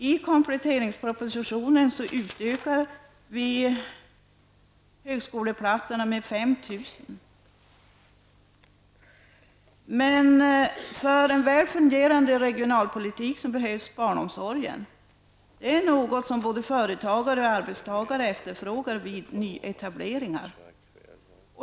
I Barnomsorgen behövs i en väl fungerande regionalpolitik. Det är något som både företagare och arbetstagare efterfrågar vid nyetableringar.